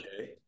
Okay